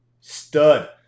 stud